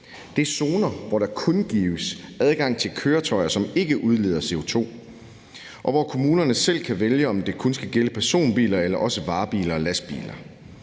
Det er zoner, hvor der kun gives adgang til køretøjer, som ikke udleder CO2, og hvor kommunerne selv kan vælge, om det kun skal gælde personbiler eller også varebiler og lastbiler.